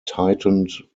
tightened